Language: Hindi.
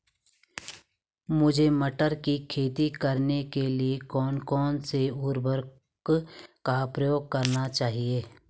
मुझे मटर की खेती करने के लिए कौन कौन से उर्वरक का प्रयोग करने चाहिए?